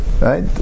Right